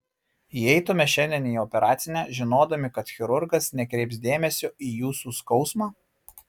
įeitumėte šiandien į operacinę žinodami kad chirurgas nekreips dėmesio į jūsų skausmą